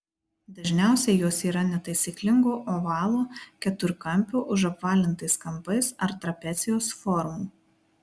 dažniausiai jos yra netaisyklingo ovalo keturkampio užapvalintais kampais ar trapecijos formų